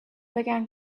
began